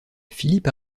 philippe